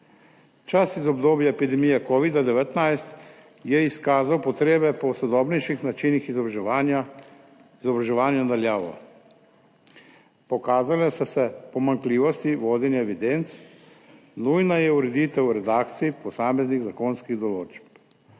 Čas iz obdobja epidemije covida-19 je izkazal potrebe po sodobnejših načinih izobraževanja na daljavo. Pokazale so se pomanjkljivosti vodenja evidenc, nujna je ureditev redakcij posameznih zakonskih določb.